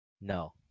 No